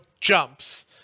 jumps